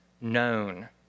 known